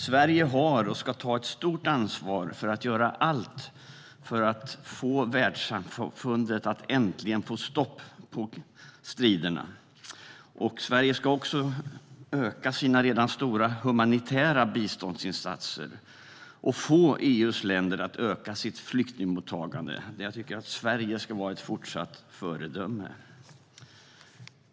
Sverige har och ska ta ett stort ansvar för att göra allt för att få världssamfundet att äntligen få stopp på striderna. Sverige ska också öka sina redan stora humanitära biståndsinsatser och få EU:s länder att öka sitt flyktingmottagande. Här ska Sverige fortsätta att vara ett föredöme.